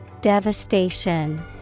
Devastation